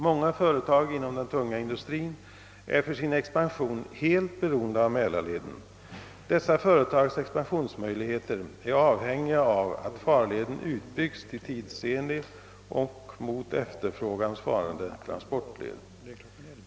Många företag inom den tunga industrin är för sin expansion helt beroende av Mälarleden. Dessa företags expansionsmöjligheter är avhängiga av att farleden utbyggs till tidsenlig och mot efterfrågan svarande transportled.